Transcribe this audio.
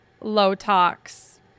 low-tox